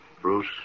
Bruce